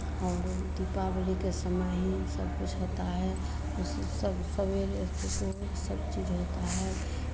और दीपावली के समय ही सब कुछ होता है वो सवेरे सवेरे से सब कुछ होता है